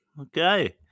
Okay